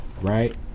right